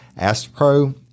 AstroPro